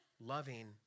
loving